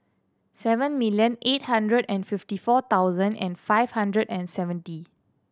seven million eight hundred and fifty four thousand and five hundred and seventy